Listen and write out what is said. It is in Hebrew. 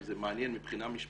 אם זה מעניין, מבחינה משפטית